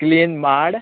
clean माड